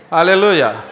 Hallelujah